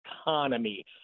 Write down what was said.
economy